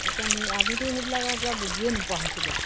এতিয়া নিৰ আমিতো সেইবিলাক আৰু এতিয়া বুজিয়ে নোপোৱা হৈছোঁগৈ আৰু